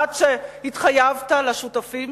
עד שהתחייבת לשותפים